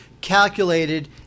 calculated